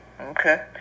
Okay